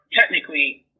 Technically